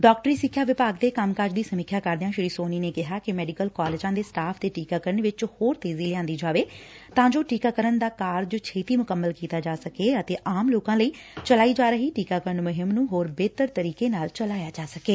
ਡਾਕਟਰੀ ਸਿੱਖਿਆ ਵਿਭਾਗ ਦੇ ਕੰਮਕਾਜ ਦੀ ਸਮੀਖਿਆ ਕਰਦਿਆਂ ਸ੍ਰੀ ਸੋਨੀ ਨੇ ਕਿਹਾ ਕਿ ਮੈਡੀਕਲ ਕਾਲਜਾਂ ਦੇ ਸਟਾਫ਼ ਦੇ ਟੀਕਾਕਰਨ ਵਿੱਚ ਹੋਰ ਤੇਜ਼ੀ ਲਿਆਂਦੀ ਜਾਵੇ ਤਾਂ ਜੋ ਟੀਕਾਕਰਨ ਦਾ ਕਾਰਜ ਛੇਤੀ ਮੁਕੰਮਲ ਕੀਤਾ ਜਾ ਸਕੇ ਅਤੇ ਆਮ ਲੋਕਾ ਲਈ ਚਲਾਈ ਜਾ ਰਹੀ ਟੀਕਾਕਰਨ ਮੁਹਿੰਮ ਨੂੰ ਹੋਰ ਬਿਹਤਰ ਤਰੀਕੇ ਨਾਲ ਚਲਾਇਆ ਜਾ ਸਕੇ